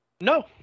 No